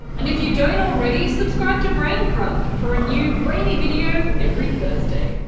and if you don't already, subscribe to braincraft! for a new brainy video every thursday.